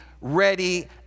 ready